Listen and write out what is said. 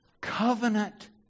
Covenant